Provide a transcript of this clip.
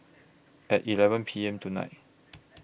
At eleven P M tonight